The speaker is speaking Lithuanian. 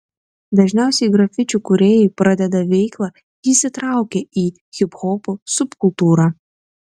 dažniausiai grafičių kūrėjai pradeda veiklą įsitraukę į hiphopo subkultūrą